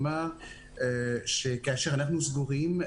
כאשר אנו סגורים,